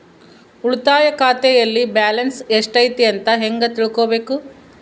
ಉಳಿತಾಯ ಖಾತೆಯಲ್ಲಿ ಬ್ಯಾಲೆನ್ಸ್ ಎಷ್ಟೈತಿ ಅಂತ ಹೆಂಗ ತಿಳ್ಕೊಬೇಕು?